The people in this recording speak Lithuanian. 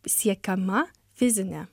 siekiama fizinė